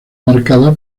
marcada